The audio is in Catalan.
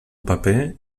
paper